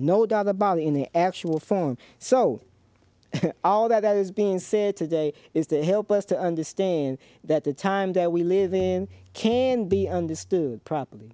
no doubt about it in the actual phone so all that is being said today is to help us to understand that the time that we live in can be understood properly